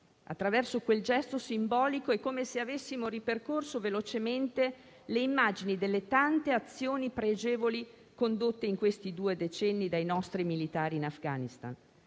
Attraverso quel gesto simbolico è come se avessimo ripercorso velocemente le immagini delle tante azioni pregevoli condotte in questi due decenni dai nostri militari in Afghanistan: